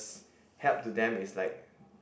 help to them is like